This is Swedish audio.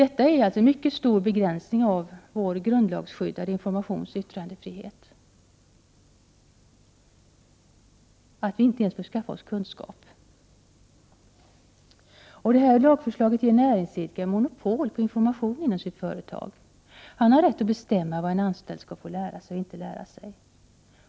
Detta är alltså en mycket stor begränsning av vår grundlagsskyddade informationsoch yttrandefrihet, dvs. att inte ens få skaffa sig kunskap. Lagförslaget ger näringsidkaren monopol på information inom sitt företag. Han har rätt att bestämma vad en anställd skall få lära sig och inte lära sig.